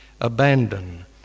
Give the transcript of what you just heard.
Abandon